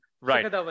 Right